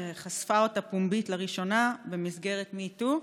שחשפה אותה פומבית לראשונה במסגרת MeToo.